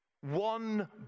One